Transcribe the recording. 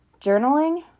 journaling